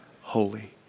holy